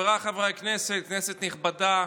חבריי חברי הכנסת, כנסת נכבדה,